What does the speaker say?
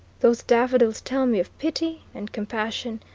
those daffodils tell me of pity and compassion,